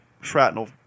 shrapnel